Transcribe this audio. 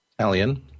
Alien